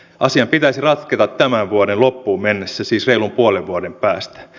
asian pitäisi ratketa tämän vuoden loppuun mennessä siis reilun puolen vuoden päästä